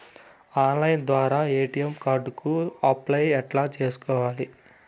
Online ద్వారా ATM card కు apply ఎట్లా సేసుకోవాలి?